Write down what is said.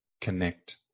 connect